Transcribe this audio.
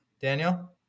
Daniel